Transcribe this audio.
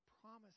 promise